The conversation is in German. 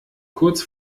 kurz